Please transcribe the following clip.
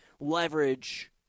leverage